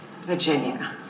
Virginia